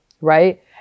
right